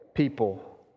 People